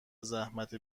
زحمت